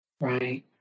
Right